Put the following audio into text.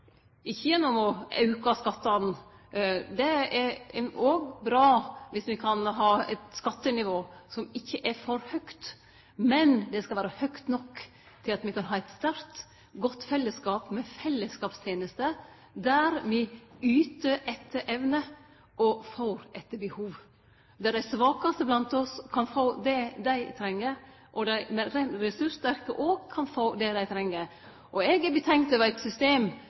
er bra dersom me kan ha eit skattenivå som ikkje er for høgt. Men det skal vere høgt nok til at me kan ha ein sterk og god fellesskap med fellesskapstenester der me yter etter evne og får etter behov, der dei svakaste blant oss kan få det dei treng, og der dei meir ressurssterke òg kan få det dei treng. Eg er betenkt over eit system